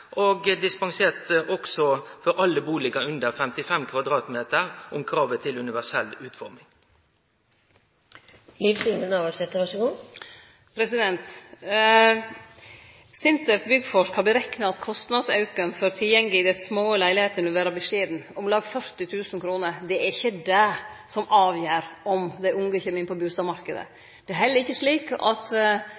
og dispensert frå kravet om universell utforming for alle bustader under 55 m2? SINTEF Byggforsk har berekna at kostnadsauken for tilgjenge i dei små leilegheitene vil vere beskjeden, om lag 40 000 kr. Det er ikkje det som avgjer om dei unge kjem inn på